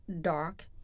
dark